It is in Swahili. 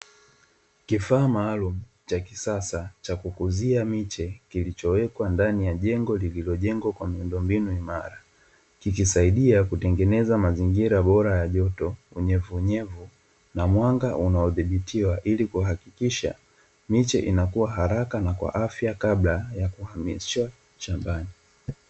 Kifaa maalum cha kisasa cha kukuzia miche kilichowekwa ndani ya jengo lililojengwa kwa miundombinu imara, kikisaidia kutengeneza mazingira bora ya joto, unyevunyevu na mwanga unaodhibitiwa ili kuhakikisha miche inakua haraka na kwa afya kabla ya kuhamishwa shambani.